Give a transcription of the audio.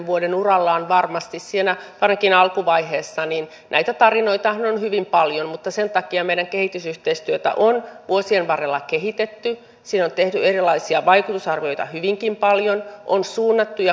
koska tämä on kysymys joka yhdistää niin hallitus kuin oppositiopuolueita tämä on kysymys joka jatkuu yli vaalikausien niin sen takia on ihan valtavan tärkeää että saadaan mahdollisimman laajasti eri puolueet mukaan tekemään tätä työtä